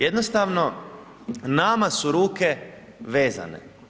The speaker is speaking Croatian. Jednostavno nama su ruke vezane.